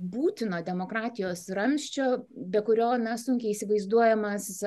būtino demokratijos ramsčiu be kurio na sunkiai įsivaizduojamas